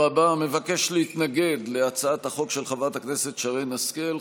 מבקש להתנגד להצעת החוק של חברת הכנסת שרן השכל,